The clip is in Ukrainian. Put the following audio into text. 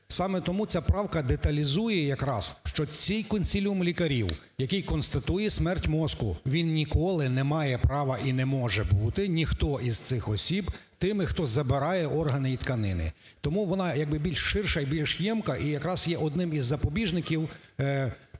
Саме тому ця правка деталізує якраз, що цей консиліум лікарів, який констатує смерть мозку, він ніколи не має права, і не може бути, ніхто із цих осіб, тими, хто забирає органи і тканини. Тому вона як би більш ширша і більш ємка, і якраз є одним із запобіжників